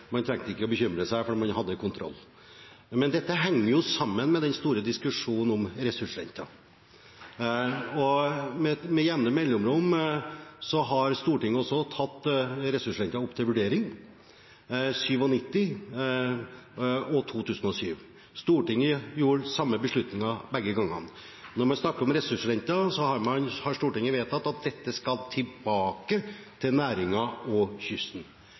å bekymre seg, for man hadde kontroll. Men dette henger sammen med den store diskusjonen om ressursrenten. Med jevne mellomrom har Stortinget tatt ressursrenten opp til vurdering – i 1997 og i 2007. Stortinget gjorde samme beslutningen begge ganger. Når vi snakker om ressursrente, har Stortinget vedtatt at dette skal tilbake til næringen og kysten.